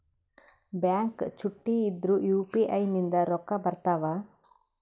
Bank ಚುಟ್ಟಿ ಇದ್ರೂ UPI ನಿಂದ ರೊಕ್ಕ ಬರ್ತಾವಾ?